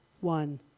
one